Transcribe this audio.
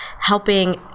helping